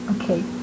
Okay